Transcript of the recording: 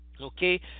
okay